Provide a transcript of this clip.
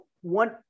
one